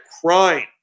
crying